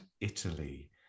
Italy